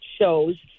shows